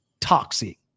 toxic